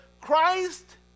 Christ